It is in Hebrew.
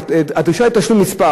הדרישה היא לתשלום מס'